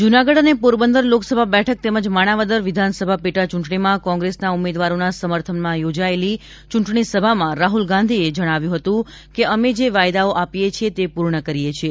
જૂનાગઢ અને પોરબંદર લોકસભા બેઠક તેમજ માણાવદર વિધાનસભા પેટાચૂંટણીમાં કોંગ્રેસના ઉમેદવારોના સમર્થનમાં યોજાયેલી ચૂંટણી સભામાં રાહુલ ગાંધીએ વધુમાં જણાવ્યું હતું કે અમે જે વાયદાઓ આપીએ છીએ તે પૂર્ણ કરીએ છીએ